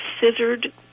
scissored